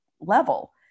level